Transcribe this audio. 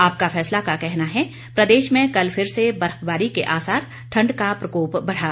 आपका फैसला का कहना है प्रदेश में कल फिर से बर्फबारी के आसार ठंड का प्रकोप बढ़ा